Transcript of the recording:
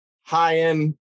high-end